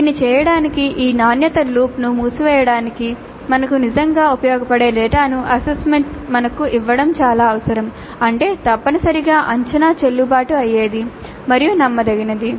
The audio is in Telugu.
దీన్ని చేయడానికి ఈ నాణ్యత లూప్ను మూసివేయడానికి మాకు నిజంగా ఉపయోగపడే డేటాను అసెస్మెంట్ మాకు ఇవ్వడం చాలా అవసరం అంటే తప్పనిసరిగా అంచనా చెల్లుబాటు అయ్యేది మరియు నమ్మదగినది